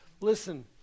Listen